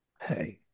Hey